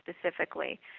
specifically